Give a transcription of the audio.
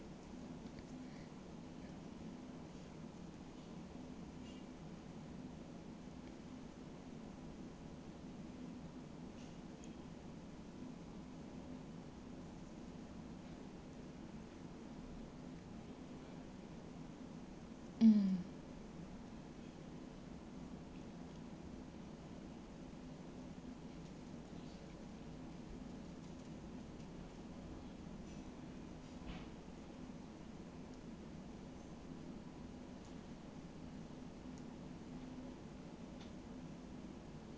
mm